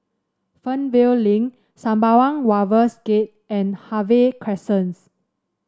Fernvale Link Sembawang Wharves Gate and Harvey Crescents